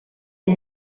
aux